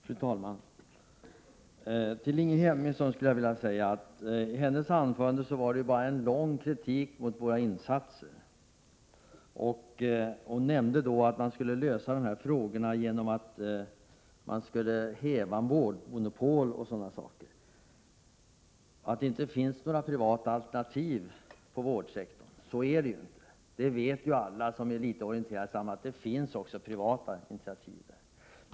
Fru talman! Till Ingrid Hemmingsson skulle jag vilja säga att hennes anförande bara var en lång kritik av våra insatser. Hon nämnde att man skulle lösa de här frågorna genom att kräva vårdmonopol och sådana saker, för nu finns det inga privata alternativ inom vårdsektorn. Så är det ju inte. Alla som är litet orienterade i sammanhanget vet att det finns också privata initiativ.